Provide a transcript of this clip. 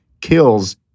Kills